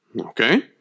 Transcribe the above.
Okay